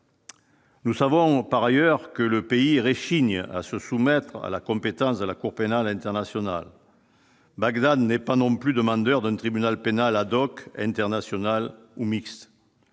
Nous savons par ailleurs que le pays rechigne à se soumettre à la compétence de la Cour pénale internationale. Bagdad n'est pas non plus demandeur d'un tribunal pénal ad hoc international ou mixtes,